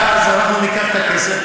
ואז אנחנו ניקח את הכסף,